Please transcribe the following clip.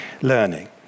learning